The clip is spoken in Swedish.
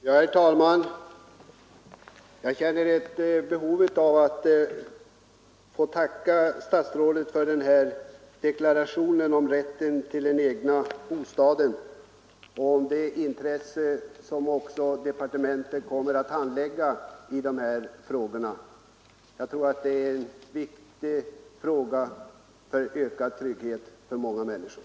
Herr talman! Jag känner ett behov av att få tacka statsrådet för den här deklarationen om rätten till den egna bostaden och om det intresse som departementet kommer att ha för frågan. Det är en viktig fråga, som gäller ökad trygghet för många människor.